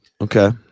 Okay